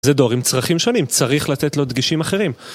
זה דור עם צרכים שונים, צריך לתת לו דגישים אחרים.